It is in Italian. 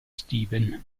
steven